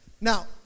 Now